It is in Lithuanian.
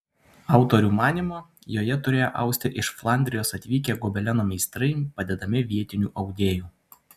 autorių manymu joje turėjo austi iš flandrijos atvykę gobeleno meistrai padedami vietinių audėjų